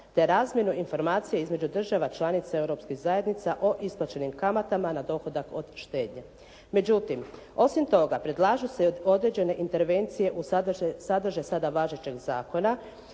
te razmjenu informacija između država članica europskih zajednica o isplaćenim kamatama na dohodak od štednje. Međutim, osim toga predlažu se od određene intervencije u sadrže sada važećeg zakona,